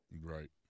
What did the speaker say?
right